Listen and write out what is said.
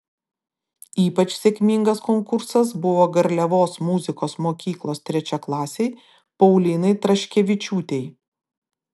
ypač sėkmingas konkursas buvo garliavos muzikos mokyklos trečiaklasei paulinai traškevičiūtei